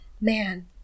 man